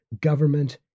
government